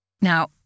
Now